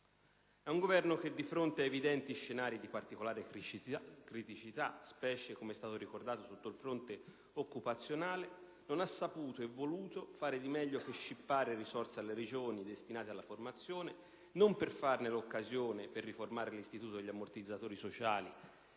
È un Governo che di fronte ad evidenti scenari di particolare criticità, specie - com'è stato ricordato - sotto il fronte occupazionale, non ha saputo e voluto fare di meglio che scippare risorse alle Regioni destinate alla formazione, e non per farne l'occasione per riformare l'istituto degli ammortizzatori sociali